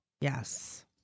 yes